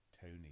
Tony